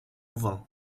vin